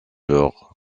leur